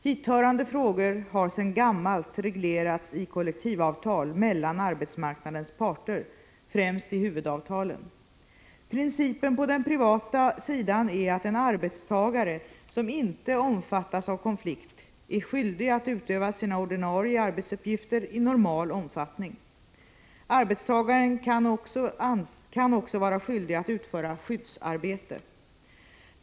Hithörande frågor har sedan gammalt reglerats i kollektivavtal mellan arbetsmarknadens parter, främst i huvudavtalen. Principen på den privata sidan är att en arbetstagare som inte omfattas av konflikt är skyldig att utöva sina ordinarie arbetsuppgifter i normal omfattning. Arbetstagaren kan också vara skyldig att utföra skyddsarbete.